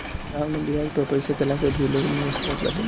गांव में बियाज पअ पईसा चला के भी लोग निवेश करत बाटे